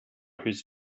whose